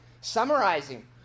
summarizing